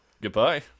goodbye